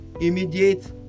immediate